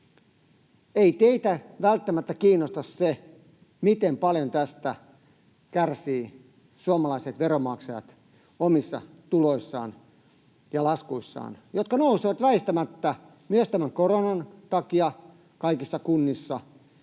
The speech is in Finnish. Ei teitä välttämättä kiinnosta se, miten paljon tästä kärsivät suomalaiset veronmaksajat omissa tuloissaan ja laskuissaan, jotka nousevat väistämättä myös tämän koronan takia kaikissa kunnissa